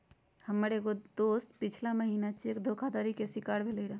हमर एगो दोस पछिला महिन्ना चेक धोखाधड़ी के शिकार भेलइ र